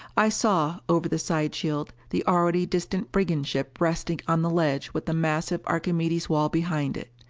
i saw, over the side shield, the already distant brigand ship resting on the ledge with the massive archimedes' wall behind it.